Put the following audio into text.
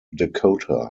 dakota